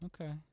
Okay